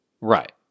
right